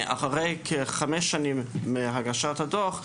אחרי כחמש שנים מהגשת הדוח,